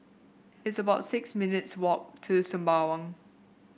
it's about six minutes' walk to Sembawang